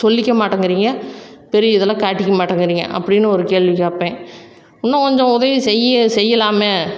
சொல்லிக்க மாட்டேங்கிறீங்க பெரிய இதெல்லாம் காட்டிக்க மாட்டேங்கிறீங்க அப்படின்னு ஒரு கேள்வி கேட்பேன் இன்னும் கொஞ்சம் உதவி செய்ய செய்யலாமே